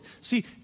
See